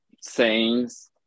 sayings